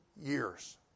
years